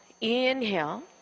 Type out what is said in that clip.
Inhale